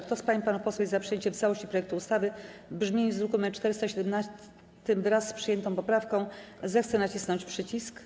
Kto z pań i panów posłów jest za przyjęciem w całości projektu ustawy w brzmieniu z druku nr 417, wraz z przyjętą poprawką, zechce nacisnąć przycisk.